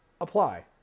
apply